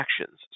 actions